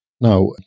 Now